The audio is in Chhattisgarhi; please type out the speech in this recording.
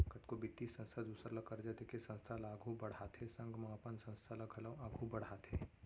कतको बित्तीय संस्था दूसर ल करजा देके संस्था ल आघु बड़हाथे संग म अपन संस्था ल घलौ आघु बड़हाथे